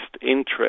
interest